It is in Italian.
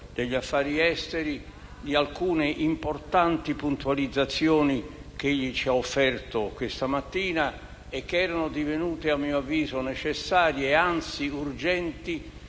degli affari esteri di alcune importanti puntualizzazioni che ci ha offerto questa mattina, divenute a mio avviso necessarie e, anzi, urgenti,